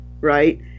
right